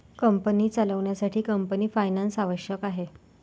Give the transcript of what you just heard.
company चालवण्यासाठी company finance आवश्यक आहे